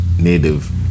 native